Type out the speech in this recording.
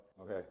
okay